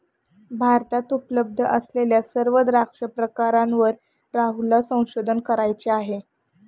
भारतात उपलब्ध असलेल्या सर्व द्राक्ष प्रकारांवर राहुलला संशोधन करायचे आहे